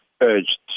urged